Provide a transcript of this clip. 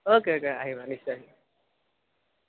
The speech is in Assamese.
অ'কে অ'কে আহিবা নিশ্চয় আহিবা